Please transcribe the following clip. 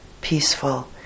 peaceful